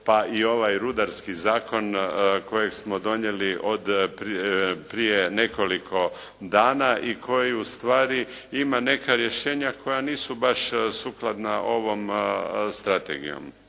pa i ovaj Rudarski zakon kojeg smo donijeli od prije nekoliko dana i koji ustvari ima neka rješenja koja nisu baš sukladna ovom strategijom.